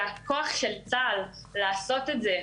שהכוח של צה"ל לעשות את זה,